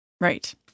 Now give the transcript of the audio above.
Right